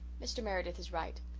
mr. meredith is right.